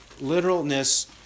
literalness